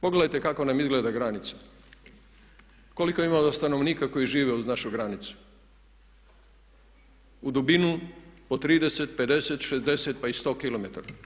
Pogledajte kako nam izgleda granica, koliko ima stanovnika koji žive uz našu granicu u dubinu od 30, 50, 60 pa i 100 km.